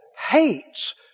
hates